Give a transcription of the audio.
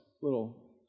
little